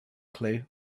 clue